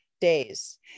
days